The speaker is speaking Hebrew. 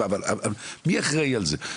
מי אחראי על זה?